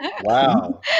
Wow